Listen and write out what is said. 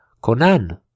Conan